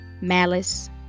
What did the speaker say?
malice